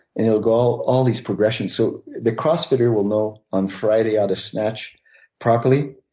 and he'll go all these progressions. so the cross fitter will know on friday how to snatch properly.